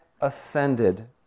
ascended